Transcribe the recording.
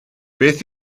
beth